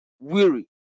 weary